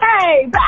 Hey